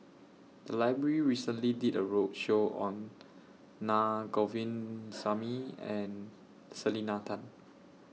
The Library recently did A roadshow on Naa Govindasamy and Selena Tan